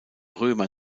römer